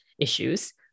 issues